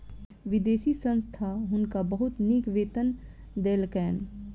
विदेशी संस्था हुनका बहुत नीक वेतन देलकैन